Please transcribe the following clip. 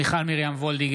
מיכל מרים וולדיגר,